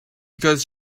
because